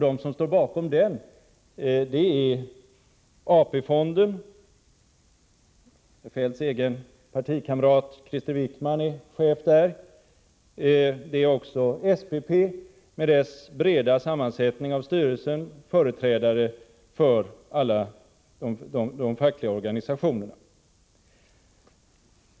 De som står bakom den kritiken är AP-fonden, där Feldts egen partikamrat Krister Wickman är chef. Det är också SPP, med dess breda sammansättning av styrelsen, där företrädare för alla de fackliga organisationerna ingår.